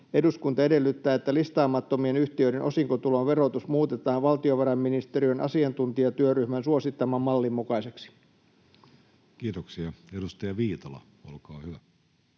Eduskunta edellyttää, että listaamattomien yhtiöiden osinkotulon verotus muutetaan valtiovarainministeriön asiantuntijatyöryhmän suosittaman mallin mukaiseksi.” Kiitoksia. — Edustaja Viitala, olkaa hyvä.